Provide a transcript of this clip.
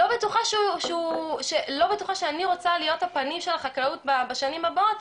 אני לא בטוחה שאני רוצה להיות הפנים של החקלאות בשנים הבאות,